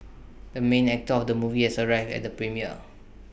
the main actor of the movie has arrived at the premiere